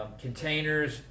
containers